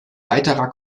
weiterer